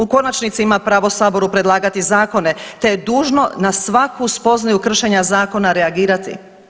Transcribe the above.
U konačnici ima pravo Saboru predlagati zakone te je dužno na svaku spoznaju kršenja zakona reagirati.